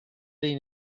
dei